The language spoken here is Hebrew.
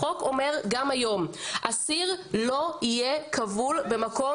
החוק אומר גם היום שאסיר לא יהיה כבול במקום